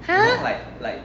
!huh!